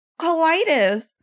colitis